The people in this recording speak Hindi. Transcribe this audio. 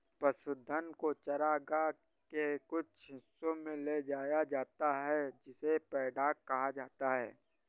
पशुधन को चरागाह के कुछ हिस्सों में ले जाया जाता है जिसे पैडॉक कहा जाता है